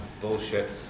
bullshit